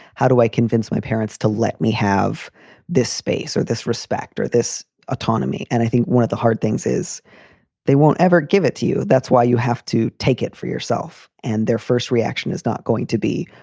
how do i convince my parents to let me have this space or this respect or this autonomy? and i think one of the hard things is they won't ever give it to you. that's why you have to take it for yourself. and their first reaction is not going to be.